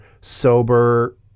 sober